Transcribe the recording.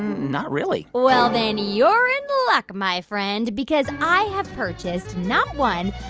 not really well, then you're in luck, my friend, because i have purchased not one,